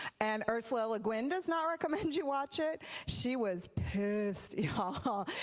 and ursula le guin does not recommend you watch it, she was pissed ya'll.